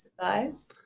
exercise